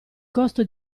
costo